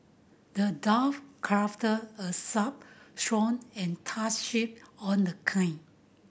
the dwarf crafted a sharp sword and tough shield on the kind